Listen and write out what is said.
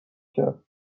کرد